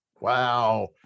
Wow